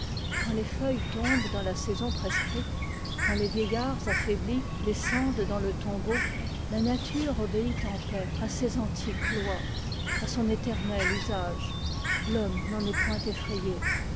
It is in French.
quand les feuilles tombent dans la saison prescrite quand les vieillards affaiblis descendent dans le tombeau la nature obéit en paix à ses antiques lois à son éternel usage l'homme n'en est point